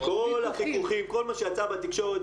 כל מה שיצא בתקשורת,